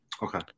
Okay